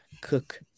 cook